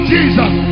Jesus